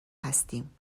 هستیم